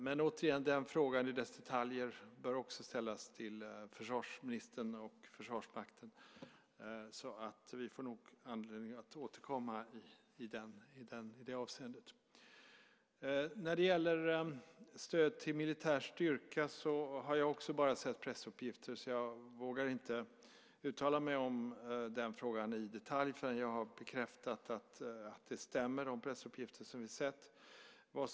Den frågan och om dess detaljer bör också ställas till försvarsministern och Försvarsmakten. Vi får nog anledning att återkomma. När det gäller stöd till militär styrka har jag också bara sett pressuppgifter. Jag vågar inte uttala mig om det i detalj förrän jag har bekräftat att de pressuppgifter som vi har sett stämmer.